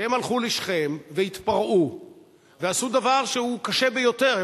שהם הלכו לשכם והתפרעו ועשו דבר שהוא קשה ביותר.